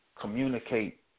communicate